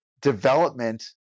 development